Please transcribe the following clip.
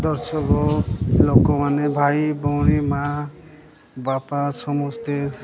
ଦର୍ଶକ ଲୋକମାନେ ଭାଇ ଭଉଣୀ ମା ବାପା ସମସ୍ତେ